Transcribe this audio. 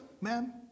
ma'am